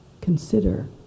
consider